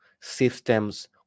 systems